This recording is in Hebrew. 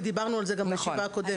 ודיברנו על זה גם בישיבה הקודמת.